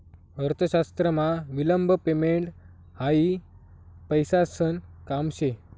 अर्थशास्त्रमा विलंब पेमेंट हायी पैसासन काम शे